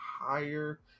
higher